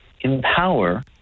empower